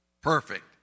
Perfect